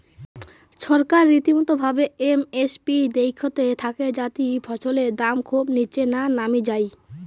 ছরকার রীতিমতো ভাবে এম এস পি দেইখতে থাকে যাতি ফছলের দাম খুব নিচে না নামি যাই